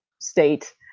state